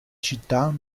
città